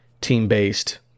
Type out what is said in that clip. team-based